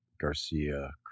Garcia